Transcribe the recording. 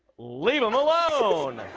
leave him alone.